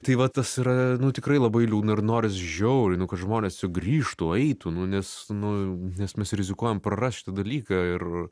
tai va tas yra tikrai labai liūdna ir noris žiauriai nu kad žmonės sugrįžtų eitų nu nes nu nes mes rizikuojam prarast šitą dalyką ir